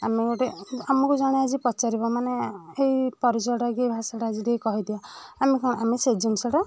ଆମେ ଗୋଟେ ଆମକୁ ଜଣେ ଆସି ପଚାରିବ ମାନେ ଏ ପରିଚୟଟା କି ଭାଷାଟା ଯେ ଟିକେ କହିଦିଅ ଆମେ କଣ ସେ ଜିନିଷଟା